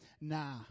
nah